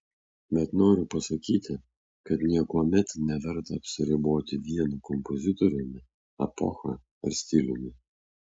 bet noriu pasakyti kad niekuomet neverta apsiriboti vienu kompozitoriumi epocha ar stiliumi